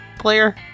player